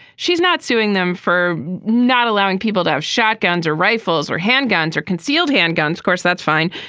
she's not suing them for not allowing people to have shotguns or rifles or handguns or concealed handguns. course, that's fine.